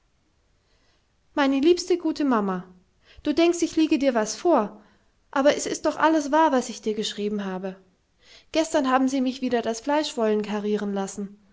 meine liebe gute mamma du denkst ich liege dir was for aber es ist doch alles war was ich dir geschrieben habe gestern haben sie mich wieder das fleisch wollen karieren lassen